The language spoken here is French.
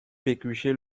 pécuchet